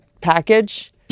package